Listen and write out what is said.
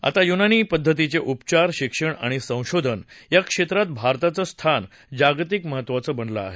आता युनानी पद्धतीचे उपचार शिक्षण आणि संशोधन या क्षेत्रात भारताचं स्थान जागतिक महत्वाचं आहे